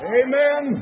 amen